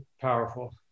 powerful